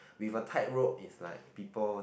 with a tightrope is like people